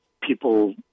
people